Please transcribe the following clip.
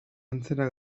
antzera